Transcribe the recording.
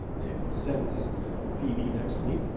i sense phoebe next me,